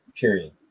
period